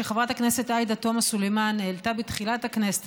שחברת הכנסת עאידה תומא סלימאן העלתה בתחילת הכנסת